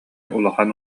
улахан